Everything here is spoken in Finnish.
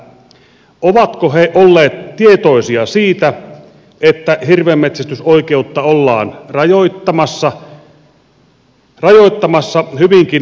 ovatko he olleet tietoisia siitä että hirvenmetsästysoikeutta ollaan rajoittamassa hyvinkin merkittävästi